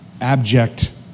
abject